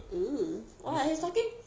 ugh what he's taking